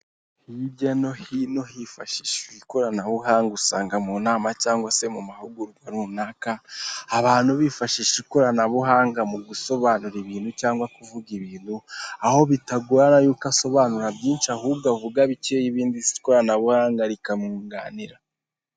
Hirya no hino hifashishijwe ikoranabuhanga usanga mu nama cyangwa se mu mahugurwa runaka abantu bifashisha ikoranabuhanga mu gusobanura ibintu cyangwa kuvuga ibintu aho bitagora yuko asobanura byinshi ahubwo avuga bike ibindi ikoranabuhanga rikamwunganira.